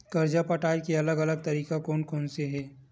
कर्जा पटाये के अलग अलग तरीका कोन कोन से हे?